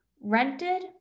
rented